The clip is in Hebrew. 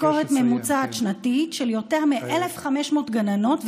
משכורת ממוצעת שנתית של יותר מ-1,500 גננות,